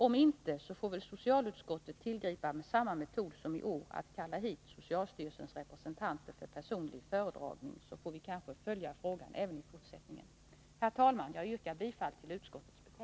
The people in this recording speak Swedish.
Om så inte skulle bli fallet, får socialutskottet tillgripa samma metod som i år — kalla hit socialstyrelsens representanter för personlig föredragning — så att vi även i fortsättningen kan följa frågan. Herr talman! Jag yrkar bifall till utskottets hemställan.